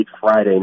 Friday